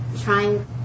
trying